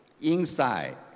inside